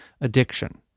addiction